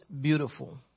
beautiful